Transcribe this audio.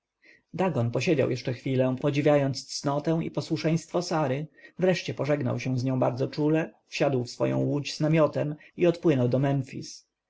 dagon posiedział jeszcze chwilę podziwiając cnotę i posłuszeństwo sary wreszcie pożegnał się z nią bardzo czule wsiadł w swoją łódź z namiotem i odpłynął do